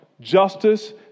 justice